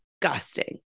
disgusting